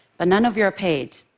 but none of you are paid.